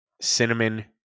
cinnamon